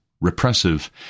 repressive